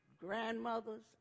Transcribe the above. grandmothers